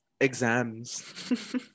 Exams